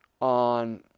on